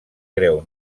greu